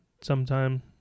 sometime